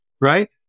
right